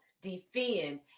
defend